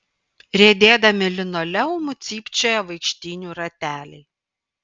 riedėdami linoleumu cypčioja vaikštynių rateliai